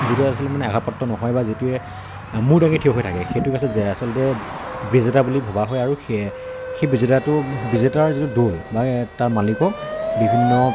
যিটো আচলতে মানে আঘাতপ্ৰাপ্ত নহয় বা যিটোৱে মূৰ দাঙি থিয় হৈ থাকে সেইটোক আচলতে ব্ৰিজেতা বুলি ভবা হয় আৰু সে সেই ব্ৰিজেতাটোৰ ব্ৰিজেতাৰ যিটো দোল বা তাৰ মালিকক বিভিন্ন